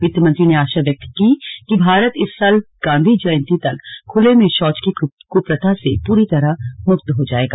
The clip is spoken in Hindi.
वित्तमंत्री ने आशा व्यक्त की कि भारत इस साल गांधी जयंती तक खुले में शौच की कुप्रथा से पूरी तरह मुक्त हो जायेगा